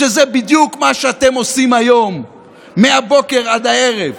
שזה בדיוק מה שאתם עושים היום מהבוקר עד הערב,